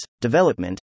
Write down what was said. development